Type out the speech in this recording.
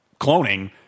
cloning